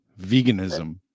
veganism